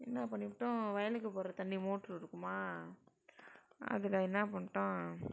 என்ன பண்ணிவிட்டோம் வயலுக்கு போடுகிற தண்ணீர் மோட்டரு இருக்குமா அதில் என்ன பண்ணிவிட்டோம்